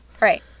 Right